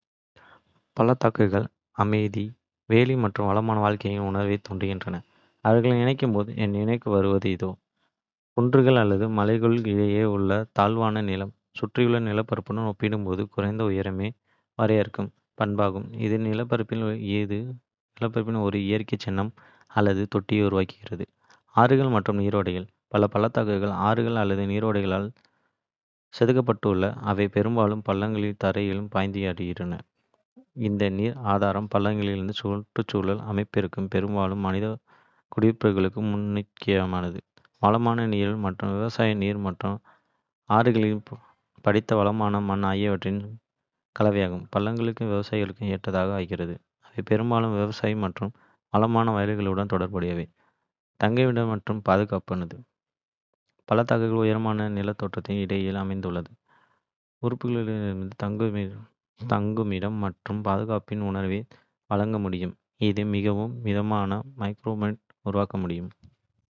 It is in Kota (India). பள்ளத்தாக்குகள் அமைதி, வேலி மற்றும் வளமான வாழ்க்கையின் உணர்வைத் தூண்டுகின்றன. அவர்களை நினைக்கும் போது என் நினைவுக்கு வருவது இதோ. குன்றுகள் அல்லது மலைகளுக்கு இடையில் உள்ள தாழ்வான நிலம்: சுற்றியுள்ள நிலப்பரப்புடன் ஒப்பிடும்போது குறைந்த உயரமே வரையறுக்கும் பண்பாகும். இது நிலப்பரப்பில் ஒரு இயற்கை கிண்ணம். அல்லது தொட்டியை உருவாக்குகிறது. ஆறுகள் மற்றும் நீரோடைகள்: பல பள்ளத்தாக்குகள் ஆறுகள் அல்லது நீரோடைகளால் செதுக்கப்பட்டுள்ளன, அவை பெரும்பாலும் பள்ளத்தாக்கின் தரையில் பாய்கின்றன. இந்த நீர் ஆதாரம் பள்ளத்தாக்கின் சுற்றுச்சூழல் அமைப்பிற்கும் பெரும்பாலும் மனித குடியிருப்புகளுக்கும் முக்கியமானது. வளமான நிலம் மற்றும் விவசாயம். நீர் மற்றும் ஆறுகளில் படிந்த வளமான மண் ஆகியவற்றின் கலவையானது பள்ளத்தாக்குகளை விவசாயத்திற்கு ஏற்றதாக ஆக்குகிறது. அவை பெரும்பாலும் விவசாயம். மற்றும் வளமான வயல்களுடன் தொடர்புடையவை. தங்குமிடம் மற்றும் பாதுகாக்கப்பட்டது: பள்ளத்தாக்குகள் உயரமான நிலத்தோற்றங்களுக்கு இடையில் அமைந்துள்ள உறுப்புகளிலிருந்து தங்குமிடம் மற்றும் பாதுகாப்பின் உணர்வை வழங்க முடியும். இது மிகவும் மிதமான மைக்ரோக்ளைமேட்டை உருவாக்க முடியும்.